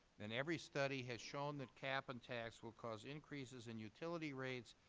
and every study has shown that cap-and-tax will cause increases in utility rates,